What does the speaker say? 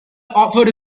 offered